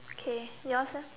okay yours eh